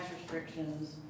restrictions